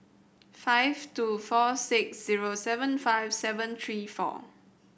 five two four six zero seven five seven three four